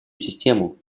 систему